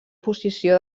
posició